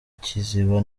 kiziba